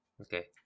okay